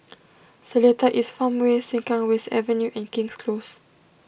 Seletar East Farmway Sengkang West Avenue and King's Close